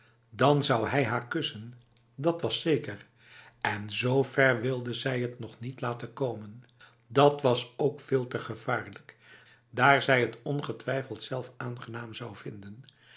dan zou hij haar kussen dat was zeker en z ver wilde zij het nog niet laten komen dat was ook veel te gevaarlijk daar zij het ongetwijfeld zelf aangenaam zou vinden